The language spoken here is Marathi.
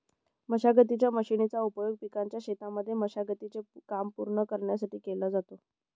मशागतीच्या मशीनचा उपयोग पिकाच्या शेतांमध्ये मशागती चे काम पूर्ण करण्यासाठी केला जातो